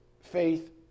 faith